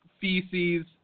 feces